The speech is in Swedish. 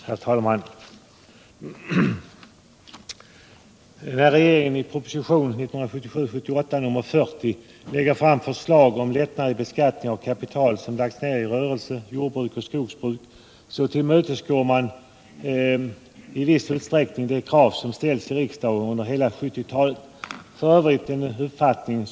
Herr talman! När regeringen i propositionen 40 lägger fram förslag om lättnader i beskattningen av kapital som lagts ner i rörelse, jordbruk och skogsbruk så tillmötesgår den i viss utsträckning de krav som ställts i riksdagen under hela 1970-talet.